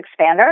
Expander